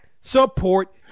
support